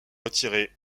retiré